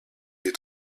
des